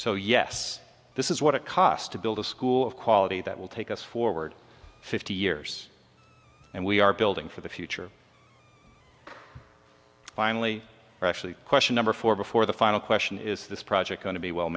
so yes this is what it cost to build a school of quality that will take us forward fifty years and we are building for the future finally actually question number four before the final question is this project going to be well